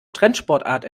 trendsportart